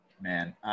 Man